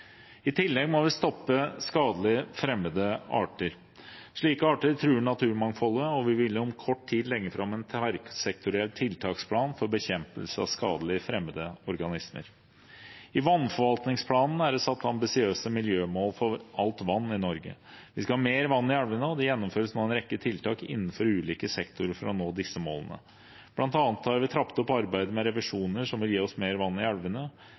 I tillegg må vi stoppe skadelige fremmede arter. Slike arter truer naturmangfoldet, og vi vil om kort tid legge fram en tverrsektoriell tiltaksplan for bekjempelse av skadelige fremmede organismer. I vannforvaltningsplanene er det satt ambisiøse miljømål for alt vann i Norge. Vi skal ha mer vann i elvene, og det gjennomføres nå en rekke tiltak innenfor ulike sektorer for å nå disse målene. Blant annet har vi trappet opp arbeidet med revisjoner som vil gi oss mer vann i